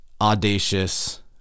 audacious